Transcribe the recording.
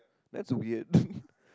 that's weird